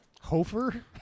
Hofer